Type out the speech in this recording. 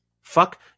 Fuck